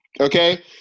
Okay